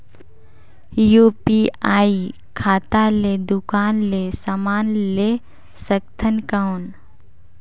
UPI खाता ले दुकान ले समान ले सकथन कौन?